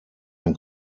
ein